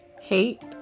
hate